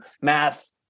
math